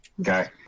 Okay